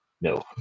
no